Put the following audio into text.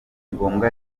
ngombwa